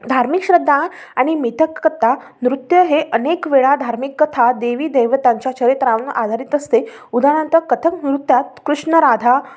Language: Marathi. धार्मिक श्रद्धा आणि मिथक कथा नृत्य हे अनेक वेळा धार्मिक कथा देवी देवतांच्या चरित्रावर आधारित असते उदाहरणार्थ कथक नृत्यात कृष्ण राधा